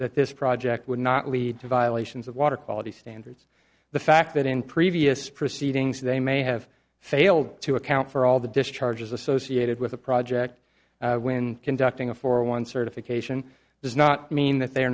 that this project would not lead to violations of water quality standards the fact that in previous proceedings they may have failed to account for all the discharges associated with a project when conducting a for one certification does not mean that they